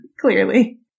clearly